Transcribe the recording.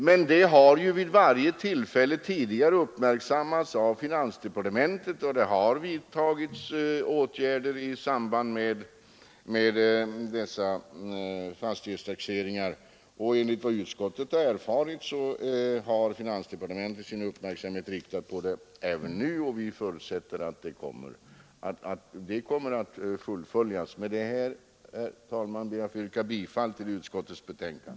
Men detta har ju vid varje tillfälle tidigare uppmärksammats av finansdepartementet, och det har vidtagits åtgärder i samband med dessa fastighetstaxeringar. Enligt vad utskottet har erfarit har finansdepartementet uppmärksamheten riktad på saken även nu, och vi förutsätter att det arbetet kommer att fullföljas. Med dessa ord, herr talman, ber jag att få yrka bifall till utskottets hemställan.